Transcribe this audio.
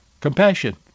compassion